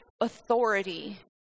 authority